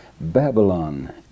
Babylon